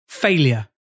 Failure